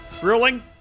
grilling